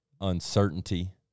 uncertainty